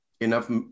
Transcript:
enough